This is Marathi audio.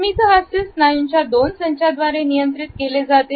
स्मित हास्य स्नायूंच्या दोन संचाद्वारे नियंत्रित केले जाते